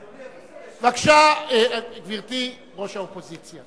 בבקשה, גברתי, ראש האופוזיציה.